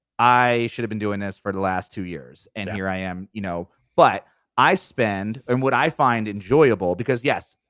i should've been doing this for the last two years and here i am, you know but i spend, and what i find enjoyable because yes,